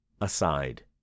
aside